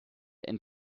and